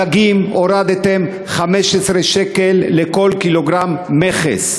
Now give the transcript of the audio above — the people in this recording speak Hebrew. הדגים, הורדתם 15 שקל לכל 1 קילוגרם מכס,